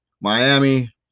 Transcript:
Miami